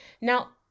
Now